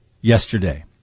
yesterday